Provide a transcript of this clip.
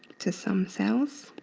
to some cells.